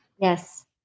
Yes